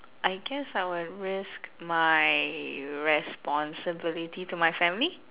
I guess I will risk my responsibility to my family